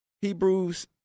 Hebrews